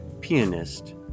pianist